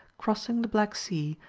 crossing the black sea,